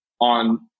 on